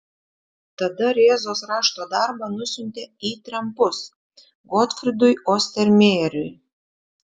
tada rėzos rašto darbą nusiuntė į trempus gotfrydui ostermejeriui